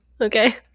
Okay